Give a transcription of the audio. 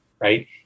right